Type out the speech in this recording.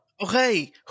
Okay